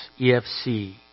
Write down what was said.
EFC